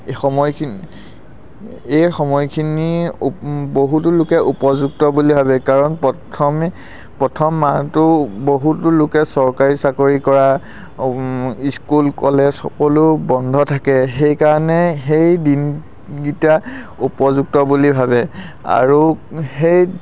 এই সময়খিনি এই সময়খিনি বহুতো লোকে উপযুক্ত বুলি ভাবে কাৰণ প্ৰথমে প্ৰথম মাহটো বহুতো লোকে চৰকাৰী চাকৰি কৰা স্কুল কলেজ সকলো বন্ধ থাকে সেইকাৰণে সেই দিনকেইটা উপযুক্ত বুলি ভাবে আৰু সেই